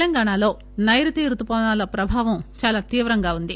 తెలంగాణలో నైరుతి రుతుపవనాల ప్రభావం చాలా తీవ్రంగా ఉంది